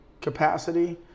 capacity